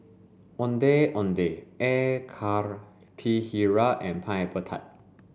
Ondeh Ondeh Air Karthira and pineapple tart